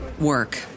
work